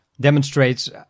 Demonstrates